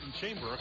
Chamber